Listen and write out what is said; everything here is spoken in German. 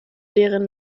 deren